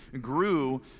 grew